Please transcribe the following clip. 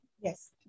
Yes